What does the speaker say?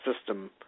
system